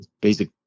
basic